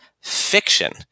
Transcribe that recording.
fiction